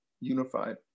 unified